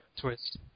Twist